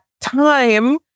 time